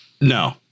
No